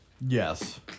Yes